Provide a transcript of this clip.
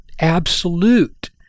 absolute